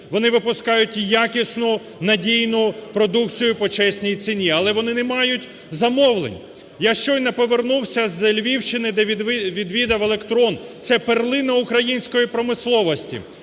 вони випускають якісну надійну продукцію по чесній ціні, але вони не мають замовлень. Я щойно повернувся з Львівщини, де відвідав "Електрон" – це перлина української промисловості,